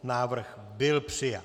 Návrh byl přijat.